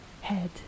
head